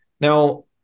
Now